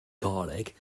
garlic